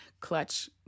clutch